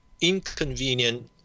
inconvenient